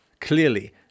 clearly